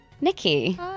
Nikki